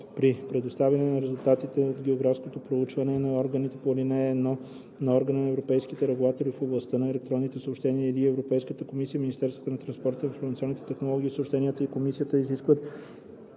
При предоставяне на резултатите от географското проучване на органите по ал. 1, на Органа на европейските регулатори в областта на електронните съобщения или на Европейската комисия Министерството на транспорта, информационните технологии и съобщенията и комисията изискват